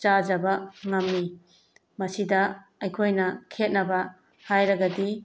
ꯆꯥꯖꯕ ꯉꯝꯃꯤ ꯃꯁꯤꯗ ꯑꯩꯈꯣꯏꯅ ꯈꯦꯠꯅꯕ ꯍꯥꯏꯔꯒꯗꯤ